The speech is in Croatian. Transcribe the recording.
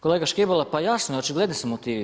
Kolega Škibola, pa jasno je očigledni su motivi.